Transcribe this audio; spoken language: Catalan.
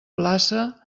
plaça